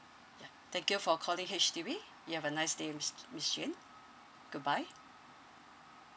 ya thank you for calling H_D_B you have a nice day miss j~ miss jane goodbye